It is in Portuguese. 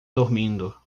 dormindo